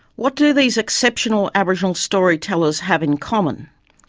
what do these extraordinary aboriginal storytellers have in common?